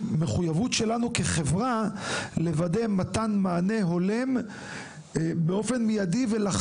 שהמחויבות שלנו כחברה היא מתן מענה הולם עבורם באופן מידי; עלינו